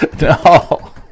No